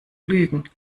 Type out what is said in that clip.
lügen